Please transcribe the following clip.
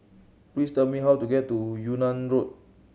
please tell me how to get to Yunnan Road